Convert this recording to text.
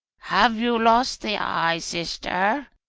have you lost the eye, sister?